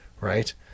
Right